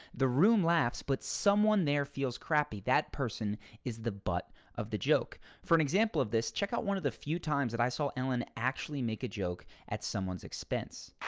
the room laughs but someone there feels crappy that person is the butt of the joke. for an example of this, check out one of the few times that i actually saw ellen actually make a joke at someone's expense.